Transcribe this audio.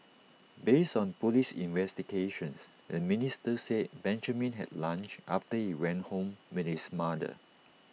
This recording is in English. based on Police investigations the minister said Benjamin had lunch after he went home with his mother